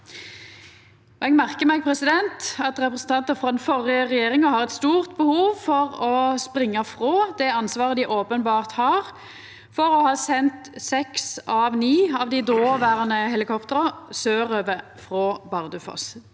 Eg merkar meg at representantar frå den førre regjeringa har eit stort behov for å springa frå det ansvaret dei openbert har for å ha sendt seks av ni av dei dåverande helikoptera sørover frå Bardufoss.